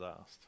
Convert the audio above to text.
asked